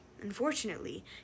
Unfortunately